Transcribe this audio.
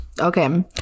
okay